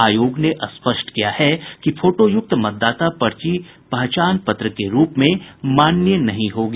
आयोग ने स्पष्ट किया है कि फोटोयुक्त मतदाता पर्ची पहचान पत्र के रूप में मान्य नहीं होगी